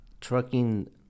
trucking